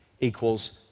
equals